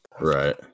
Right